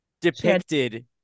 Depicted